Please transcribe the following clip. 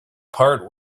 part